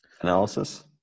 Analysis